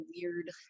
weird